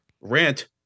Rant